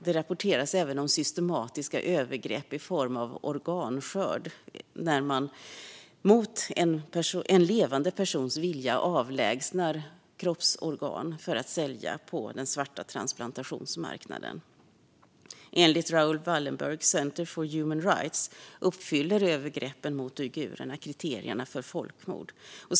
Det rapporteras även om systematiska övergrepp i form av organskörd, där man mot en levande persons vilja avlägsnar kroppsorgan för att sälja på den svarta transplantationsmarknaden. Enligt Raoul Wallenberg Centre for Human Rights uppfyller övergreppen mot uigurerna kriterierna för folkmord.